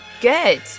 Good